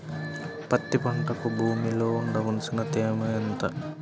పత్తి పంటకు భూమిలో ఉండవలసిన తేమ ఎంత?